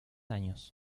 años